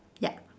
ya